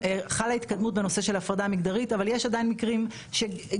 חלה התקדמות בנושא של הפרדה מגדרית אבל יש עדיין מקרים שנהג